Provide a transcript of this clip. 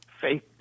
fake